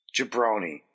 Jabroni